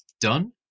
done